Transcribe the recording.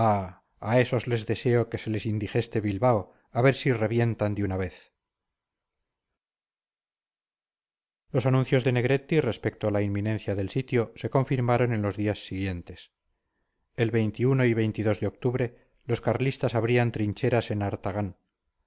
a esos les deseo que se les indigeste bilbao a ver si revientan de una vez los anuncios de negretti respecto a la inminencia del sitio se confirmaron en los días siguientes el y de octubre los carlistas abrían trincheras en artagán